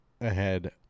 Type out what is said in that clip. ahead